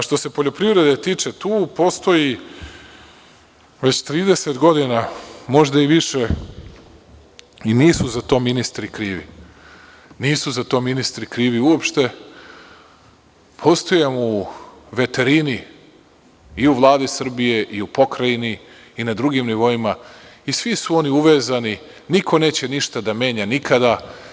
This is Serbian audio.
Što se poljoprivrede tiče, tu postoji već 30 godina, možda i više, i nisu za to ministri krivi, nisu za to ministri krivi uopšte, postoje u veterini i u Vladi Srbije i u pokrajini i na drugim nivoima i svi su oni uvezani, niko neće ništa da menja nikada.